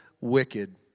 wicked